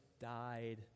died